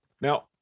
Now